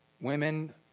women